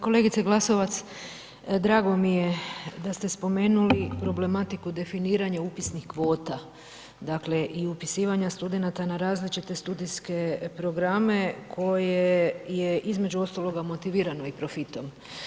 Kolegice Glasovac, drago mi je da ste spomenuli problematiku definiranja upisnih kvota i upisivanja studenata na različite studijske programe, koje je između ostalog motivirano i profitom.